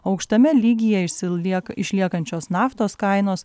aukštame lygyje išsiliek išliekančios naftos kainos